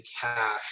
cash